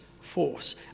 force